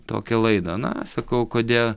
tokią laidą na sakau kodėl